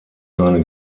seine